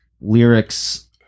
lyrics